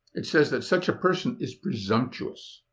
it says that such a person is presumptuous.